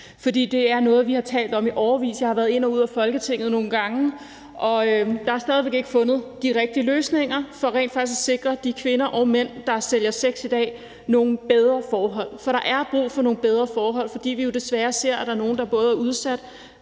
For det er noget, vi har talt om i årevis. Jeg har været inde og ude af Folketinget nogle gange, og der er stadig væk ikke fundet de rigtige løsninger for rent faktisk at sikre de kvinder og mænd, der sælger sex i dag, nogle bedre forhold. For der er brug for nogle bedre forhold, fordi vi jo desværre ser, at der er nogle, der er udsat